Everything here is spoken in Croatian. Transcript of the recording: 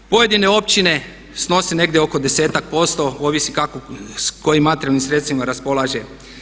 Pojedine općine snose negdje oko desetak posto, ovisi kako, s kojim materijalnim sredstvima raspolaže.